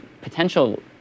potential